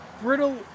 brittle